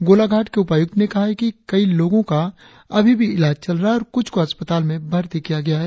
गोलाघाट के उपायुक्त ने कहा है कि कई लोगों का अभी भी इलाज चल रहा है और कुछ को अस्पताल में भर्ती किया गया है